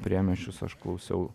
priemiesčius aš klausiau